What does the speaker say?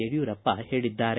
ಯಡಿಯೂರಪ್ಪ ಹೇಳಿದ್ದಾರೆ